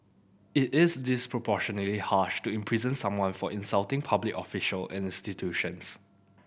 it is disproportionately harsh to imprison someone for insulting public official and institutions